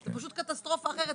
זה פשוט קטסטרופה אחרת.